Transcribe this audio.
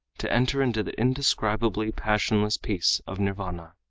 to enter into the indescribably passionless peace of nirvana.